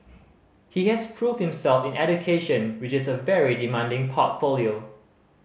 he has proved himself in education which is a very demanding portfolio